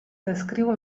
descriu